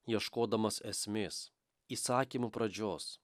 ieškodamas esmės įsakymų pradžios